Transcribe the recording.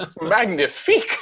Magnifique